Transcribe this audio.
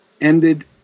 ended